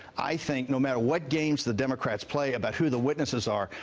i think, no matter what gains the democrats play about who the witnesses are,